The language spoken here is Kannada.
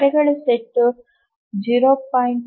ಕಾರ್ಯಗಳ ಸೆಟ್ 0